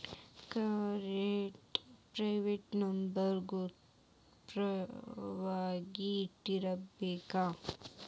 credit card password number ಗುಪ್ತ ವಾಗಿ ಇಟ್ಟಿರ್ಬೇಕ